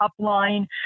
upline